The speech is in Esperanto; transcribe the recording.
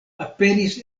aperis